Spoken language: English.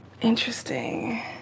Interesting